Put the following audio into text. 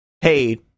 hey